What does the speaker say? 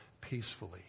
peacefully